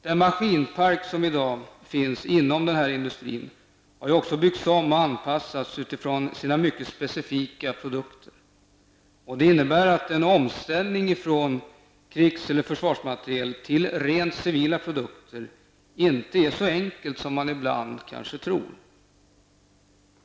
Den maskinpark som i dag finns inom denna industri har också byggts om och anpassats utifrån sina mycket specifika produkter. Det innebär att en omställning från krigs eller försvarsmateriel till rent civila produkter inte är så enkel som man ibland kan tro.